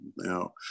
Now